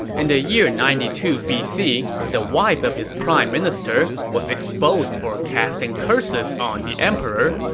in the year ninety two bc, the wife of his prime minister was exposed for ah casting curses on the emperor,